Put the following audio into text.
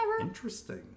Interesting